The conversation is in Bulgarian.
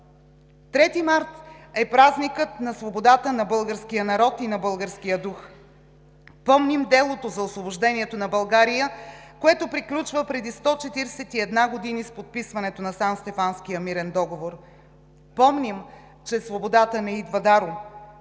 март е празникът на свободата на българския народ и на българския дух. Помним делото за Освобождението на България, което приключва преди 141 години с подписването на Санстефанския мирен договор. Помним, че свободата не идва даром.